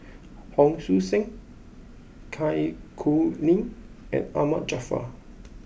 Hon Sui Sen Zai Kuning and Ahmad Jaafar